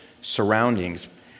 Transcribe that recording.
surroundings